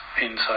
inside